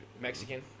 Mexican